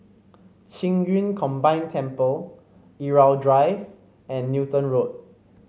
Qing Yun Combine Temple Irau Drive and Newton Road